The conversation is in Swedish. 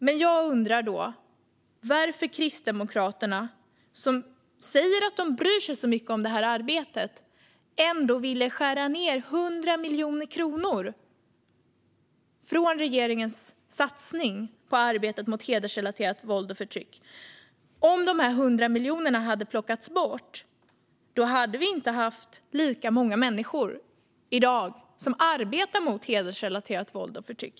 Men jag undrar varför Kristdemokraterna, som säger att de bryr sig så mycket om detta arbete, ändå ville skära bort 100 miljoner kronor från regeringens satsning på arbetet mot hedersrelaterat våld och förtryck. Om dessa 100 miljoner kronor hade plockats bort hade vi inte haft lika många människor i dag som arbetar mot hedersrelaterat våld och förtryck.